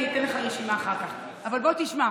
אני אתן לך רשימה אחר כך, אבל בוא תשמע.